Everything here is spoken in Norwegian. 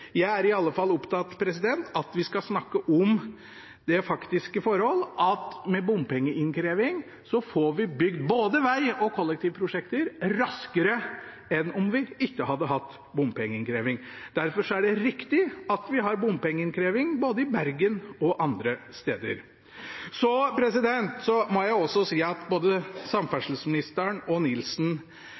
Jeg er i alle fall opptatt av at vi skal snakke om det faktiske forholdet at vi med bompengeinnkreving får bygd både veiprosjekter og kollektivprosjekter raskere enn om vi ikke hadde hatt bompengeinnkreving. Derfor er det riktig at vi har bompengeinnkreving både i Bergen og andre steder. Jeg tror både samferdselsministeren og representanten Tom-Christer Nilsen kan dette rimelig godt. Arbeiderpartiet har vedtatt på sitt landsmøte, og